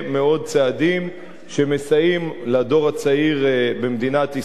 צעדים שמסייעים לדור הצעיר במדינת ישראל.